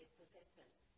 protesters